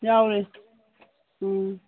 ꯌꯥꯎꯔꯤ ꯎꯝ